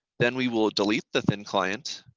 then we will delete the thin client,